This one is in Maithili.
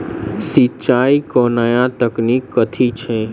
सिंचाई केँ नया तकनीक कथी छै?